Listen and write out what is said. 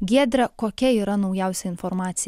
giedre kokia yra naujausia informacija